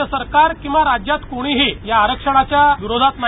राज्यसरकार किंवा राज्यात कोणीही या आरक्षणाच्या विरोधात नाही